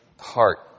heart